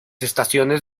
estaciones